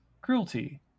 cruelty